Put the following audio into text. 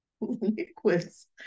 liquids